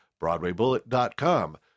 broadwaybullet.com